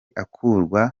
akurwa